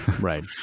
Right